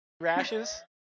rashes